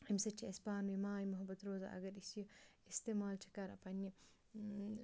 اَمہِ سۭتۍ چھِ اَسہِ پانہٕ ؤنۍ ماے محبت روزان اگر أسۍ یہِ استعمال چھِ کَران پنٛنہِ